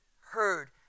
heard